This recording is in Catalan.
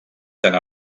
tant